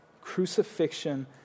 crucifixion